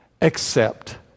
Accept